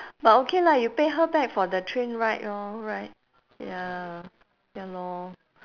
but okay lah you pay her back for the train ride orh right ya ya lor